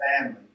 family